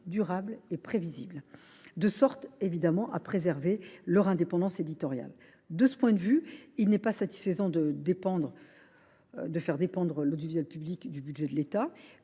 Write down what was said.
durables et prévisibles » à même de préserver leur indépendance éditoriale. De ce point de vue, il n’est pas satisfaisant de faire dépendre notre audiovisuel public du budget de l’État,